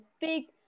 big